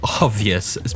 obvious